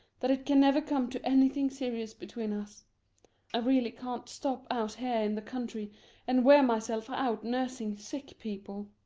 that it can never come to anything serious between us i really can't stop out here in the country and wear myself out nursing sick people.